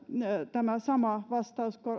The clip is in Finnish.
tämä sama ajatus